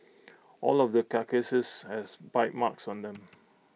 all of the carcasses have bite marks on them